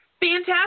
Fantastic